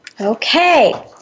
Okay